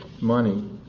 money